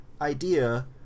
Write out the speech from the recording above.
idea